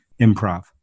improv